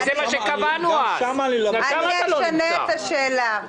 אשנה את השאלה.